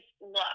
look